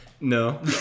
no